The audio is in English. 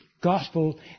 gospel